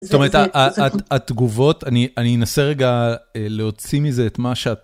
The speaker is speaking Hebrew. זאת אומרת, התגובות, אני אנסה רגע להוציא מזה את מה שאת...